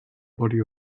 body